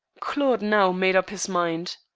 claude now made up his mind.